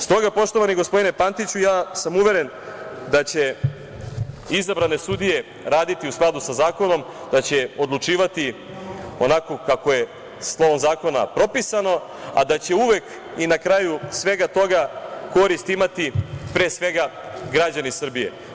Stoga, poštovani gospodine Pantiću ja sam uveren da će izabrane sudije raditi u skladu sa zakonom, da će odlučivati onako kako je slovom zakona propisano, a da će uvek i na kraju svega toga korist imati pre svega građani Srbije.